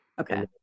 okay